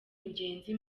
ingenzi